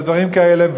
לדברים כאלה,